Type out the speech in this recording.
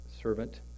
servant